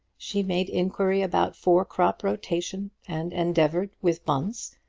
she made inquiry about four-crop rotation, and endeavoured, with bunce,